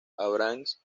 abrams